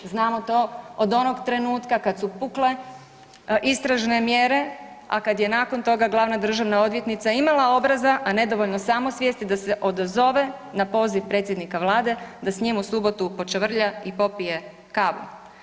Znamo to od onoga trenutka kada su pukle istražne mjere, a kada je nakon toga glavna državna odvjetnica imala obraza a nedovoljno samosvijesti da se odazove na poziv predsjednika Vlade da s njim u subotu pročavrlja i popije kavu.